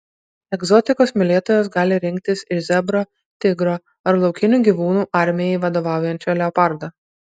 egzotikos mylėtojos gali rinktis iš zebro tigro ar laukinių gyvūnų armijai vadovaujančio leopardo